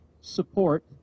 support